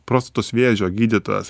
prostatos vėžio gydytojas